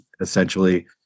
essentially